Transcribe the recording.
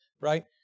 right